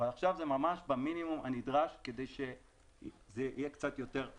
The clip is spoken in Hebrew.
אבל עכשיו זה ממש במינימום הנדרש כדי שזה יהיה קצת יותר עדכני.